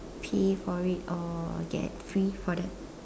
pay for it or get free for that